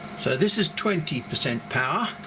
so this is twenty percent power